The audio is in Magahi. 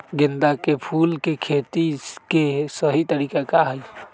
गेंदा के फूल के खेती के सही तरीका का हाई?